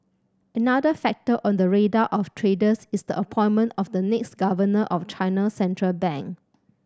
another factor on the radar of traders is the appointment of the next governor of China's central bank